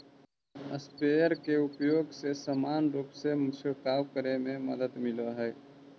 sprayer के उपयोग से समान रूप से छिडकाव करे में मदद मिलऽ हई